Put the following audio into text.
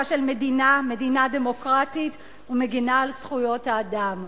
של מדינה מדינה דמוקרטית ומגינה על זכויות האדם.